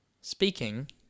Speaking